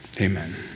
amen